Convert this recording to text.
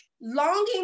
longing